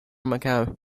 macao